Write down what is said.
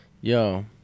Yo